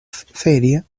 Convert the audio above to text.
feria